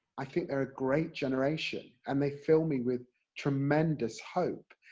i think they're a great generation, and they fill me with tremendous hope.